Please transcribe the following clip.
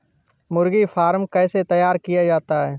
मुर्गी फार्म कैसे तैयार किया जाता है?